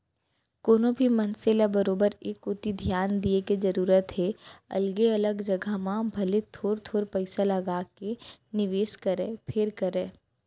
कोनो भी मनसे ल बरोबर ए कोती धियान दिये के जरूरत हे अलगे अलग जघा म भले थोर थोर पइसा लगाके निवेस करय फेर करय